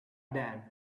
then